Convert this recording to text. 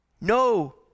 No